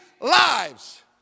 lives